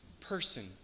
person